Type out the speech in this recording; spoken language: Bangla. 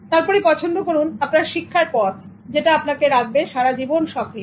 তারপরে পছন্দ করুন আপনার শিক্ষার পথ যেটা আপনাকে রাখবে সারা জীবন সক্রিয়